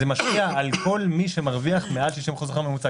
זה משפיע על כל מי שמרוויח מעל 60% השכר הממוצע,